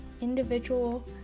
individual